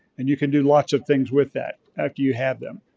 and you can do lots of things with that after you have them.